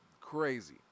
Crazy